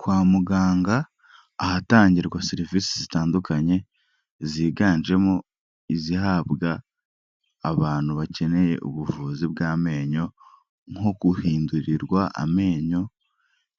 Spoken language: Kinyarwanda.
Kwa muganga ahatangirwa serivisi zitandukanye ziganjemo izihabwa abantu bakeneye ubuvuzi bw'amenyo nko guhindurirwa amenyo